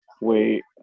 wait